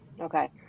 Okay